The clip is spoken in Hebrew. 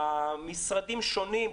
משרדים שונים,